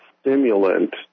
stimulant